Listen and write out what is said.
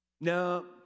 No